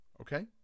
Okay